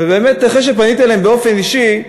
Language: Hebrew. ובאמת, אחרי שפניתי אליהם באופן אישי,